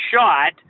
shot